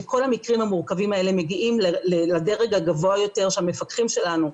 שכל המקרים המורכבים האלה מגיעים לדרג הגבוה יותר שהמפקחים שלנו,